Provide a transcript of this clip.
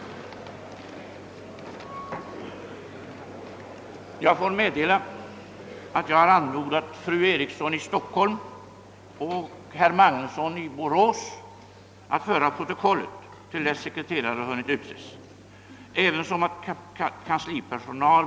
Kungl. Maj:t har denna dag förordnat att granskningen av fullmakterna skall företas inför statsrådet Lennart Geijer.